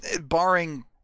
Barring